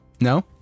No